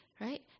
right